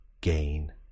gain